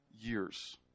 years